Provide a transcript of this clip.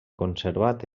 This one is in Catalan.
conservat